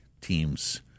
teams